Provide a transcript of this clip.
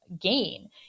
gain